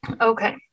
Okay